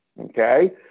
Okay